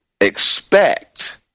expect